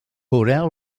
borel